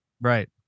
Right